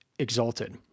Exalted